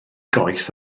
goes